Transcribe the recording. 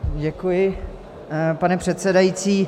Děkuji, pane předsedající.